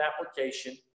application